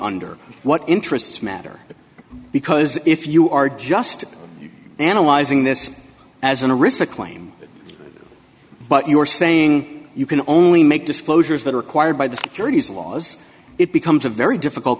under what interest matter because if you are just analyzing this as an illicit claim but you are saying you can only make disclosures that are required by the securities laws it becomes a very difficult